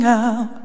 out